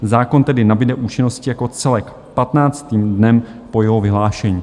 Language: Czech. Zákon tedy nabude účinnosti jako celek 15. dnem po jeho vyhlášení.